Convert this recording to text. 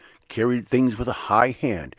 carried things with a high hand,